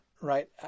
right